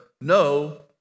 no